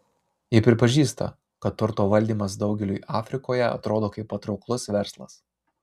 ji pripažįsta kad turto valdymas daugeliui afrikoje atrodo kaip patrauklus verslas